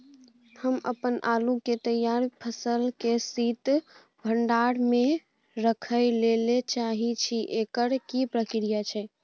हम अपन आलू के तैयार फसल के शीत भंडार में रखै लेल चाहे छी, एकर की प्रक्रिया छै?